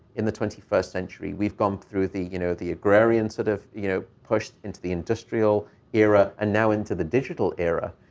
in the twenty first century, we've gone through the, you know, the agrarian sort of, you know, pushed into the industrial era, and now into the digital era.